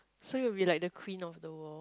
so you will be like the queen of the world